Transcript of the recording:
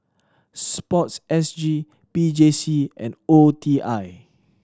Sport S G P J C and O E T I